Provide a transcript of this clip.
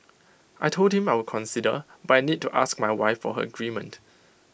I Told him I would consider but I need to ask my wife her agreement